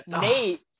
Nate